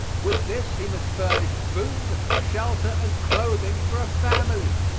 with this he must furnish food, shelter and clothing for a family.